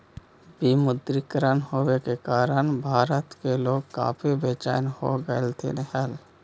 विमुद्रीकरण होने के कारण भारत के लोग काफी बेचेन हो गेलथिन हल